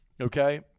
okay